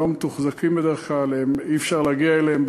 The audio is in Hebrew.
הם לא מתוחזקים בדרך כלל ואי-אפשר להגיע אליהם